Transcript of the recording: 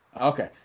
Okay